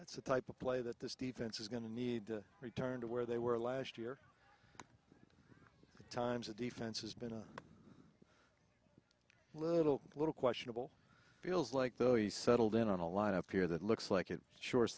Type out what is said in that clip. that's the type of play that this defense is going to need to return to where they were last year times the defense has been a little a little questionable feels like though he settled in on a line up here that looks like it s